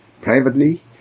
privately